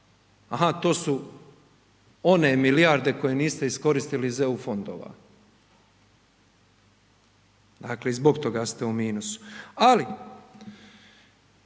aha to su one milijarde koje niste iskoristili iz EU fondova, dakle i zbog toga ste u minusu. Ali